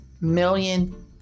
million